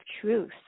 truth